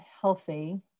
healthy